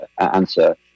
answer